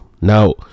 Now